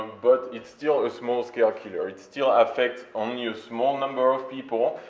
but it's still a small-scale killer, it still affects only a small number of people,